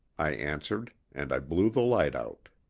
i answered and i blew the light out.